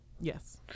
Yes